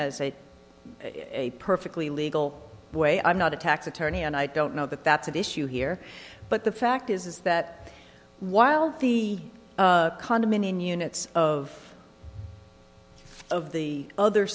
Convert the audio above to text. as a a perfectly legal way i'm not a tax attorney and i don't know that that's at issue here but the fact is is that while the condominium units of of the other